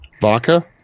Vodka